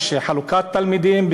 יש חלוקת תלמידים,